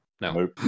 No